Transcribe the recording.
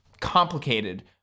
complicated